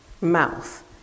mouth